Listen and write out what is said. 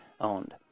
owned